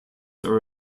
are